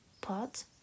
pot